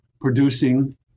producing